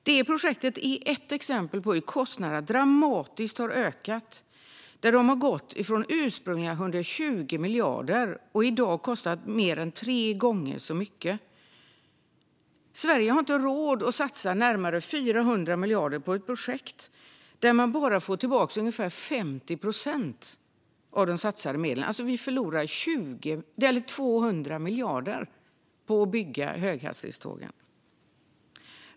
Detta projekt är ett exempel på hur kostnaderna dramatiskt har ökat. De har gått från ursprungliga 120 miljarder och till att i dag vara mer än tre gånger så mycket. Sverige har inte råd att satsa närmare 400 miljarder på ett projekt där man bara får tillbaka ungefär 50 procent av de satsade medlen. Vi förlorar 200 miljarder på att bygga höghastighetsbanorna.